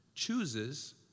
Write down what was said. Chooses